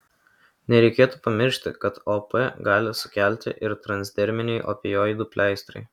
nereikėtų pamiršti kad op gali sukelti ir transderminiai opioidų pleistrai